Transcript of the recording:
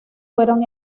fueron